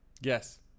Yes